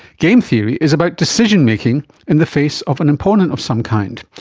game theory is about decision-making in the face of an opponent of some kind.